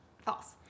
False